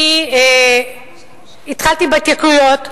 אני התחלתי בהתייקרויות.